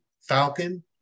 Falcon